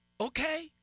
Okay